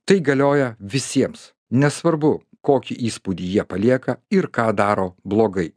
tai galioja visiems nesvarbu kokį įspūdį jie palieka ir ką daro blogai